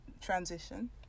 transition